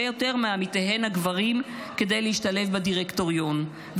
יותר מעמיתיהן הגברים כדי להשתלב בדירקטוריון,